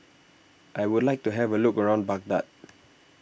I would like to have a look around Baghdad